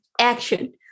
action